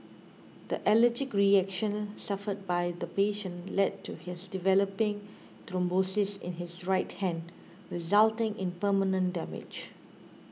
the allergic reaction suffered by the patient led to his developing thrombosis in his right hand resulting in permanent damage